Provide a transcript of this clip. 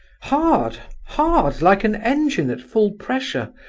hard, hard like an engine at full pressure.